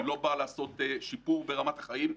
היא לא באה לעשות שיפור ברמת החיים,